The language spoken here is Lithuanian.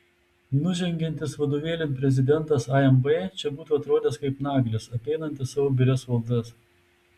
nužengiantis vadovėlin prezidentas amb čia būtų atrodęs kaip naglis apeinantis savo birias valdas